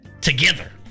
together